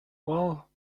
while